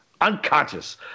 Unconscious